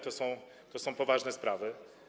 To są poważne sprawy.